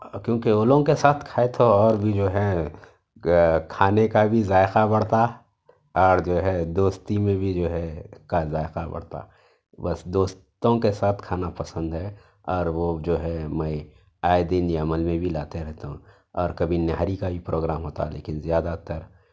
کیونکہ ان لوگوں کے ساتھ کھائے تو اور بھی جو ہے کھانے کا بھی ذائقہ بڑھتا اور جو ہے دوستی میں بھی جو ہے اس کا ذائقہ بڑھتا بس دوستوں کے ساتھ کھانا پسند ہے اور وہ جو ہے میں آئے دن یہ عمل میں بھی لاتے رہتا ہوں اور کبھی نہاری کا بھی پروگرام ہوتا لیکن زیادہ تر